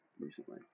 recently